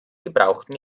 gebrauchten